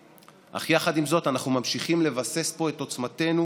אך יחד עם זאת אנחנו ממשיכים לבסס פה את עוצמתנו